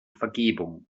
vergebung